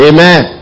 Amen